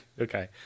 Okay